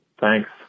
Thanks